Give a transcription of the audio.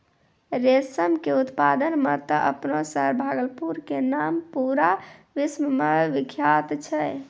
रेशम के उत्पादन मॅ त आपनो शहर भागलपुर के नाम पूरा विश्व मॅ विख्यात छै